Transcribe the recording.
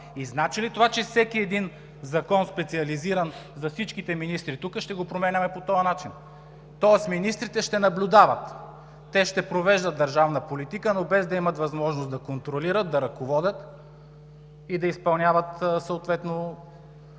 Значи ли това, че всеки един специализиран закон за всички министри тук ще го променяме по този начин?! Тоест министрите ще наблюдават. Те ще провеждат държавна политика, но без да имат възможност да контролират, да ръководят и да изпълняват съответно